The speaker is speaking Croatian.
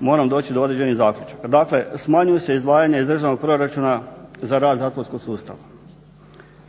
moramo doći do određenih zaključaka. Dakle smanjuju se izdvajanja iz državnog proračuna za rad zatvorskog sustava,